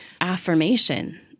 affirmation